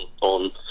on